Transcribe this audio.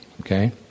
okay